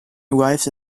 arrives